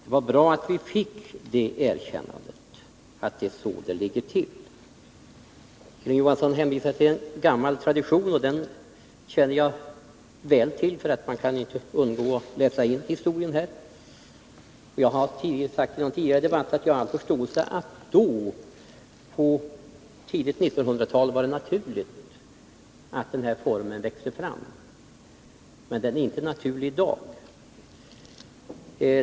Det var bra att vi fick erkännandet att det ligger till på det viset. Hilding Johansson hänvisade till en gammal tradition. Jag känner väl till denna, eftersom man inte kan undgå att läsa historia på det här området. I någon tidigare debatt har jag också sagt att jag har förståelse för att det i början av 1900-talet var naturligt att den här formen växte fram. Men den är inte naturlig i dag.